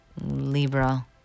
Libra